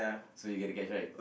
so you get to guess right